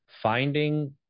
finding